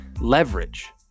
leverage